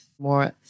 more